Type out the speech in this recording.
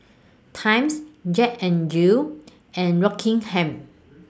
Times Jack N Jill and Rockingham